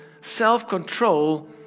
self-control